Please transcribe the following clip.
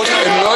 רוצים הצבעה